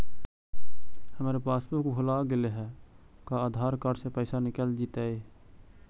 हमर पासबुक भुला गेले हे का आधार कार्ड से पैसा निकल जितै?